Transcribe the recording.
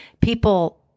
People